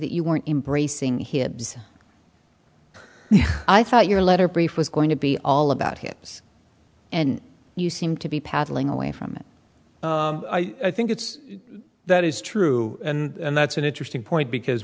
that you weren't embracing hibbs i thought your letter brief was going to be all about hips and you seem to be paddling away from it i think it's that is true and that's an interesting point because